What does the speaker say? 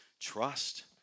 trust